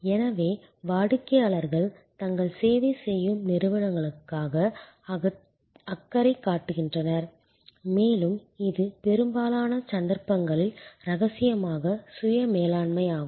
எனவே வாடிக்கையாளர்கள் தங்களுக்குச் சேவை செய்யும் நிறுவனங்களுக்காக அக்கறை காட்டுகின்றனர் மேலும் இது பெரும்பாலான சந்தர்ப்பங்களில் இரகசியமாக சுய மேலாண்மையாகும்